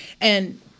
And-